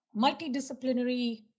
multidisciplinary